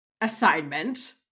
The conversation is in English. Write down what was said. assignment